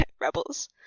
rebels